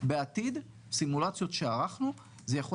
כבוד היושב-ראש, אני קודם